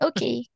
Okay